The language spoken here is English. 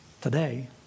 today